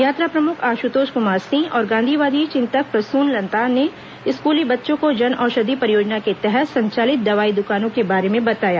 यात्रा प्रमुख आश्तोष कुमार सिंह और गांधीवादी चिंतक प्रसून लतांत ने स्कूली बच्चों को जनऔषधि परियोजना के तहत संचालित दवाई दुकानों के बारे में बताया